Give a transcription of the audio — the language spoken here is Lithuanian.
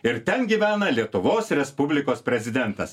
ir ten gyvena lietuvos respublikos prezidentas